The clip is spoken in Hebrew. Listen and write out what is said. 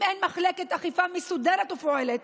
אם אין מחלקת אכיפה מסודרת ופועלת,